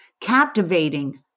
captivating